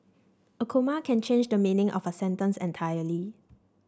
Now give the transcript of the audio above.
a comma can change the meaning of a sentence entirely